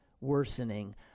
worsening